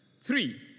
Three